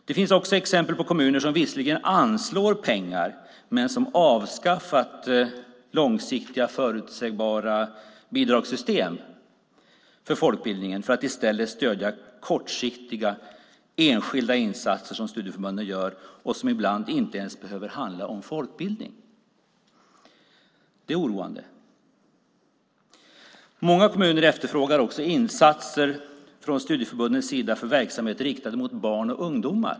Det finns också exempel på kommuner som visserligen anslår pengar men som avskaffat långsiktiga, förutsägbara bidragssystem för folkbildningen för att i stället stödja kortsiktiga enskilda insatser som studieförbunden gör och som ibland inte ens behöver handla om folkbildning. Det är oroande. Många kommuner efterfrågar också insatser från studieförbundens sida för verksamheter riktade mot barn och ungdomar.